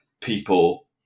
people